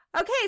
okay